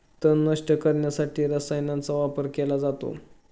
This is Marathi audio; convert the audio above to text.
तण नष्ट करण्यासाठी रसायनांचा वापर केला जातो